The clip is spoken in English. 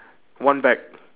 one bag